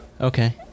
Okay